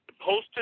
posted